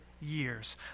years